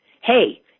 Hey